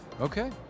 Okay